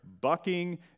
bucking